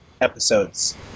episodes